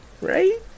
Right